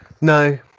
No